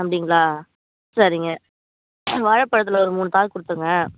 அப்படிங்களா சரிங்க வாழப்பழத்தில் ஒரு மூணு தார் கொடுத்துருங்க